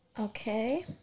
Okay